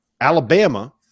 Alabama